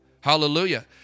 Hallelujah